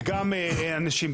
וגם אנשים.